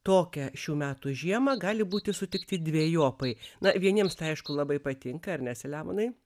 tokią šių metų žiemą gali būti sutikti dvejopai na vieniems tai aišku labai patinka ar ne selemonai